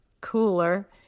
cooler